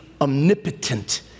omnipotent